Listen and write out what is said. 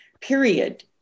period